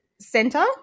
center